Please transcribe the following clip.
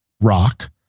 rock